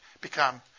become